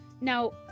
Now